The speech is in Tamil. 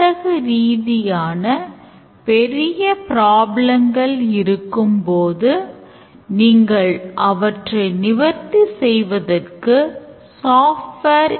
இந்த problem descriptionக்கான use case வரைபடத்தை உருவாக்குவது எவ்வாறு